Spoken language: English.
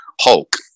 Hulk